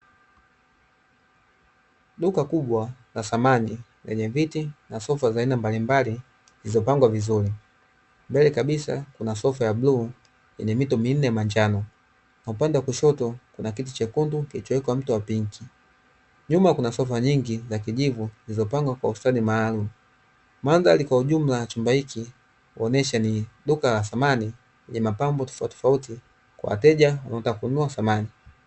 Duka kubwa la samani lenye viti na sofa za aina mbalimbali zilizopangwa vizuri, mbele kabisa kuna sofa ya bluu yenye mito minne manjano na upande wa kushoto kuna kiti chekundu kilichowekwa mto wa pinki, nyuma kuna sofa nyingi za kijivu zilizopangwa kwa ustadi maalum. Mandhari kwa ujumla ya chumba hiki huonyesha ni duka la samani lenye mapambo tofauti tofauti kwa wateja wanaotaka kununua samani.